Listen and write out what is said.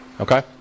Okay